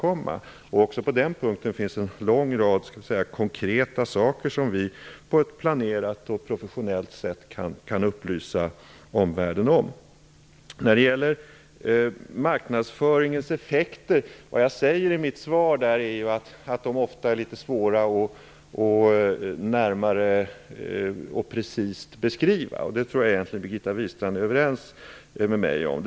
Också på den här punkten finns en lång rad konkreta saker som vi på ett planerat och professionellt sätt kan upplysa omvärlden om. I mitt svar sade jag att effekterna av marknadsföringen ofta är svåra att precist beskriva. Jag tror egentligen att Birgitta Wistrand är överens med mig om det.